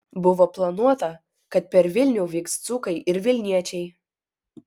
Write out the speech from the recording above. buvo planuota kad per vilnių vyks dzūkai ir vilniečiai